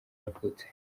yavutse